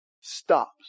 stops